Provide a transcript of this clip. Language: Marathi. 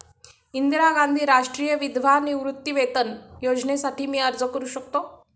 इंदिरा गांधी राष्ट्रीय विधवा निवृत्तीवेतन योजनेसाठी मी अर्ज करू शकतो?